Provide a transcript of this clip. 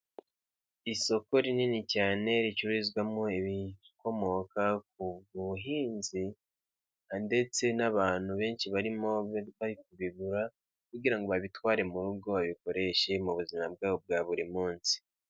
Isoko rinini cyane ricururizwamo ibikomoka ku buhinzi ndetse n'abantu benshi barimo bari kubigura, kugira ngo babitware mu rugo babikoreshe mu buzima bwabo bwa buri munsi.